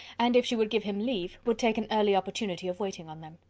and if she would give him leave, would take an early opportunity of waiting on them.